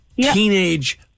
teenage